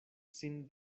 sin